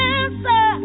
answer